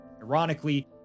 Ironically